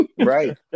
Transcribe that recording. Right